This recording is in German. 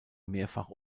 mehrfach